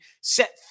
Set